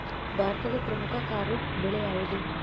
ಭಾರತದ ಪ್ರಮುಖ ಖಾರೇಫ್ ಬೆಳೆ ಯಾವುದು?